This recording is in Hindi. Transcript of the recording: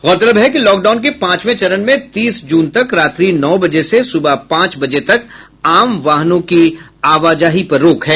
गौरतलब है कि लॉकडाउन के पांचवें चरण में तीस जून तक रात्रि नौ बजे से सुबह पांच बजे तक आम वाहनों की आवाजाही पर रोक है